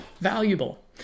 valuable